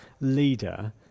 leader